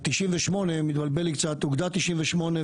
עסקנו בו ביחד בכנסות קודמות,